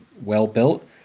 well-built